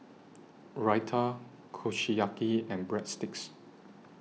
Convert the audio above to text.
Raita Kushiyaki and Breadsticks